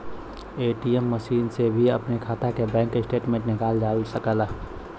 ATM machine से भी अपने खाता के बैंक स्टेटमेंट निकालल जा सकेला